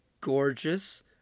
gorgeous